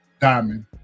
Diamond